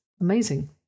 amazing